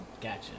Gotcha